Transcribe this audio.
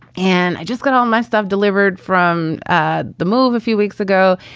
and i just got all my stuff delivered from ah the move a few weeks ago.